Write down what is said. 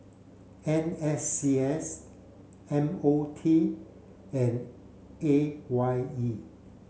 N S C S M O T and A Y E